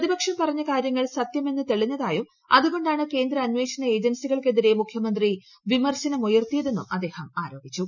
പ്രതിപക്ഷം പറഞ്ഞ കാര്യങ്ങൾ സത്യമെന്ന് തെളിഞ്ഞതായും അതു കൊണ്ടാണ് കേന്ദ്ര അന്വേഷണ ഏജൻസികൾക്കെതിരെ മുഖ്യമന്ത്രി വിമർശനം ഉയർത്തിയതെന്നും അദ്ദേഹം ആരോപിച്ചു